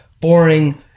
boring